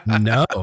No